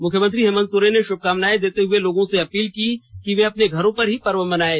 मुख्यमंत्री हेमंत सोरेन ने शुभकामनाएं देते हुए लोगों से अपील की है कि वे अपने घर पर ही पर्व मनायें